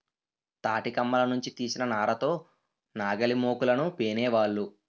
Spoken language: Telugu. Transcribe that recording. తాటికమ్మల నుంచి తీసిన నార తో నాగలిమోకులను పేనేవాళ్ళు